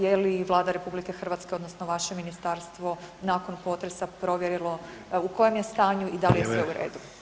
Je li Vlada RH odnosno vaše ministarstvo nakon potresa provjerilo u kojem je stanju i da li je sve u [[Upadica: Vrijeme.]] redu?